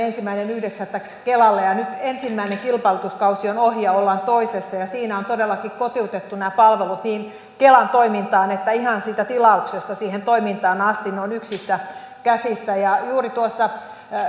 ensimmäinen yhdeksättä kaksituhattakymmenen kelalle ja nyt ensimmäinen kilpailutuskausi on ohi ja ollaan toisessa ja siinä on todellakin kotiutettu nämä palvelut kelan toimintaan niin että ihan siitä tilauksesta siihen toimintaan asti ne ovat yksissä käsissä juuri tuossa ennen